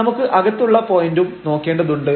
നമുക്ക് അകത്തുള്ള പോയന്റും നോക്കേണ്ടതുണ്ട്